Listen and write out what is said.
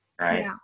right